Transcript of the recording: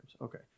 Okay